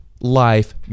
life